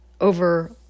over